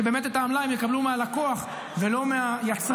שבאמת את העמלה הם יקבלו מהלקוח ולא מהיצרן,